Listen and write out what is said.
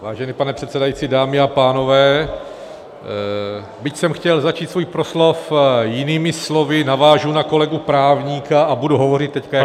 Vážený pane předsedající, dámy a pánové, byť jsem chtěl začít svůj proslov jinými slovy, navážu na kolegu právníka a budu hovořit teď jako technik.